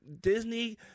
Disney